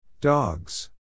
Dogs